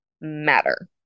matter